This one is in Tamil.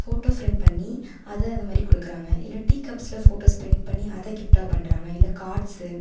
போட்டோ ஃபிரேம் பண்ணி அதை அது மாதிரி கொடுக்குறாங்க இல்லை டீ கப்ல போட்டோஸ் பிரிண்ட் பண்ணி அதை கிஃப்டாக பண்ணுறாங்க இல்லை கார்ட்ஸு